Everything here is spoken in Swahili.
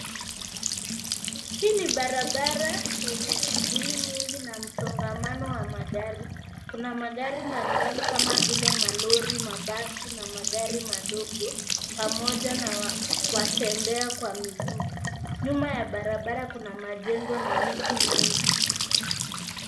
Hii ni barabara yenye shunguli nyingi na msongamano wa magari. Kuna magari mbalimbali kama vile malori, mabasi na magari madogo pamoja na watembea kwa miguu. Nyuma ya barabara kuna majengo na miti mingi.